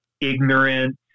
ignorant